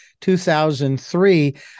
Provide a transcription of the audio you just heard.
2003